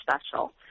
special